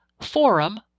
forum